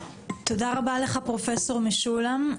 תודה רבה לך, פרופ' משולם.